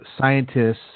scientists